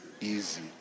easy